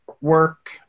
work